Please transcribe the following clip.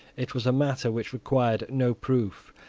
it was matter which required no proof,